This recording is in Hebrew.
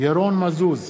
ירון מזוז,